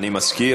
אני מזכיר,